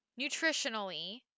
Nutritionally